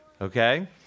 okay